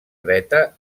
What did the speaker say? dreta